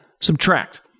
subtract